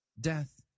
Death